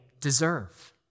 deserve